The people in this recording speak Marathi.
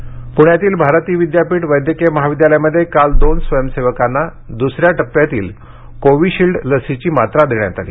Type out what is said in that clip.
सिरम पूण्यातील भारती विद्यापीठ वैद्यकिय महाविद्यालयामध्ये काल दोन स्वयंसेवकांना द्सऱ्या टप्प्यातील कोविशिल्ड लसीची मात्रा देण्यात आली